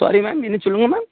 sorry ma'am என்ன சொல்லுங்கள் ma'am